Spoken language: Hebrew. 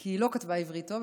כי היא לא כתבה עברית טוב.